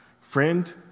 Friend